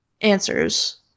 answers